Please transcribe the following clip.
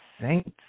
Saints